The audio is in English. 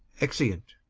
exeunt